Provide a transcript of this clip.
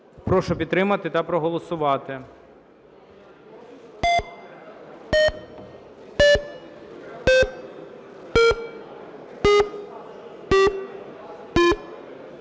Прошу підтримати та проголосувати.